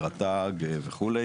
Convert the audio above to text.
רט"ג וכו'.